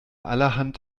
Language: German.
allerhand